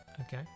Okay